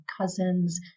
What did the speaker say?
cousins